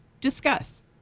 Discuss